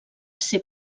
ser